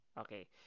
Okay